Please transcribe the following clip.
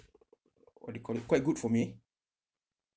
what they call it quite good for me